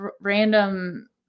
random